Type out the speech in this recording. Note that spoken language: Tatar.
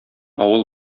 авыл